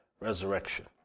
resurrection